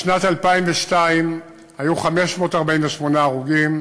בשנת 2002 היו 548 הרוגים,